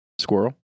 Squirrel